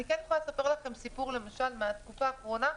אני כן יכולה לספר לכם סיפור מהתקופה האחרונה.